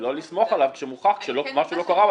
לא לסמוך עליו כשמוכח שמשהו שלא קרה?